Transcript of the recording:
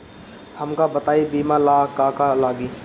हमका बताई बीमा ला का का लागी?